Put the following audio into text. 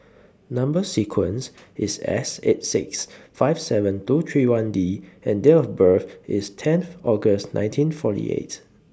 Number sequence IS S eight six five seven two three one D and Date of birth IS tenth August nineteen forty eight